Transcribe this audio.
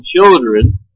children